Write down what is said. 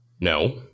No